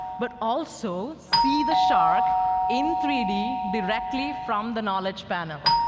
but also see the shark in three d directly from the knowledge panel.